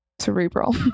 cerebral